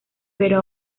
pero